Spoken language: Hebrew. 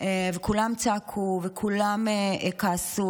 וכולם צעקו וכולם כעסו,